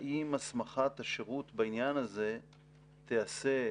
האם הסמכת השירות בעניין הזה תיעשה,